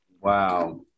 wow